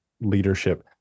leadership